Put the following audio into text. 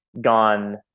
gone